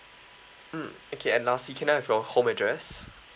mm okay and lastly can I have your home address